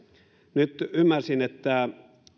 nyt ymmärsin että